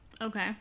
Okay